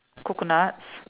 coconuts